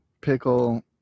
pickle